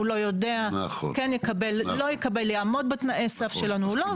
כי הוא לא יודע אם הוא יקבל או לא או אם יעמוד בתנאי הסף או לא.